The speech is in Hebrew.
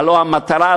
הלוא המטרה,